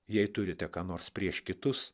jei turite ką nors prieš kitus